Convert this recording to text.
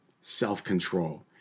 self-control